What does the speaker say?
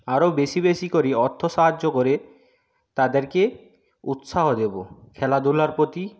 আরো বেশি বেশি করে অর্থ সাহায্য করে তাদেরকে উৎসাহ দেবো খেলাধুলার প্রতি